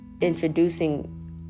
introducing